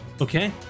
okay